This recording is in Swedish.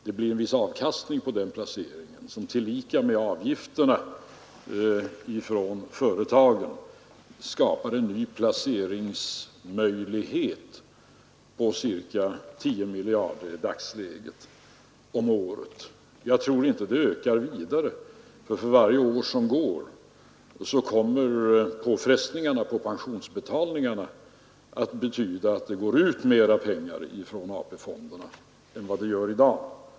Det blir en viss avkastning på denna placering, som i dagsläget tillika med avgifterna från företagen skapar en ny placeringsmöjlighet på ca 10 miljarder om året. Jag tror inte att dessa möjligheter kommer att fortsätta att öka, eftersom påfrestningarna i form av pensionsutbetalningar för varje år kommer att medföra att mera pengar går ut från AP-fonderna än vad som sker i dag.